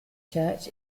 church